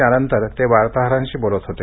त्यानंतर ते वार्ताहरांशी बोलत होते